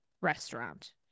restaurant